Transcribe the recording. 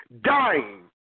dying